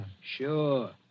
Sure